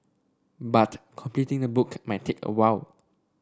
but completing the book might take a while